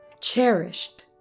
cherished